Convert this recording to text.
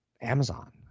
Amazon